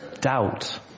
doubt